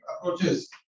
approaches